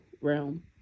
realm